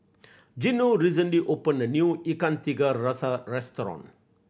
Gino recently opened a new Ikan Tiga Rasa restaurant